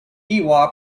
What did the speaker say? dewa